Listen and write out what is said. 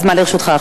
הזמן לרשותך.